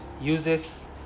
uses